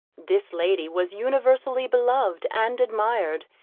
this lady was universally beloved and admired,